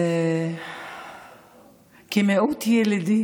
כמיעוט ילידי